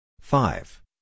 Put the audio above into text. Five